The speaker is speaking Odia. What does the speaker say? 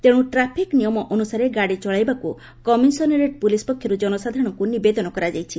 ତେଣୁ ଟ୍ରାଫିକ ନିୟମ ଅନୁସାରେ ଗାଡ଼ି ଚଳାଇବାକୁ କମିଶନରେଟ୍ ପୁଲିସ ପକ୍ଷରୁ ଜନସାଧାରଶଙ୍କୁ ନିବେଦନ କରାଯାଇଛି